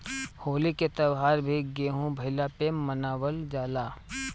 होली के त्यौहार भी गेंहू भईला पे मनावल जाला